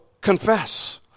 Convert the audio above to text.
confess